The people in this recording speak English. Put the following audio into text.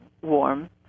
warm